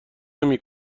نمی